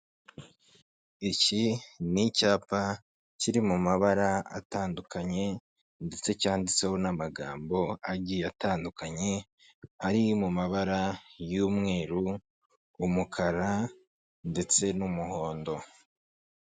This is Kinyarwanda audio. Iki ni icyapa kiri mu mabara atandukanye ndetse cyanditseho n'amagambo agiye atandukanye, ari mu mabara y'umweru, umukara ndetse n'umuhondo.